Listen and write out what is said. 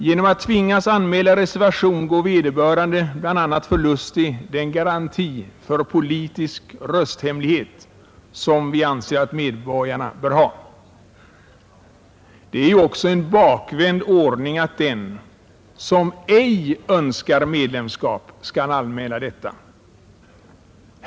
Genom att tvingas anmäla reservation går vederbörande bl.a. förlustig den garanti för politisk rösthemlighet som vi anser att medborgarna bör ha. Det är ju också en bakvänd ordning att den, som ej önskar medlemskap, skall anmäla detta.